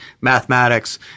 mathematics